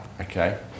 Okay